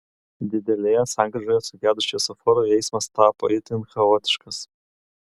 didelėje sankryžoje sugedus šviesoforui eismas tapo itin chaotiškas